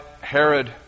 Herod